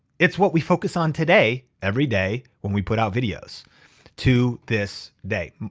it's what we focus on today, every day when we put out videos to this day.